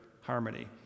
harmony